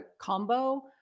combo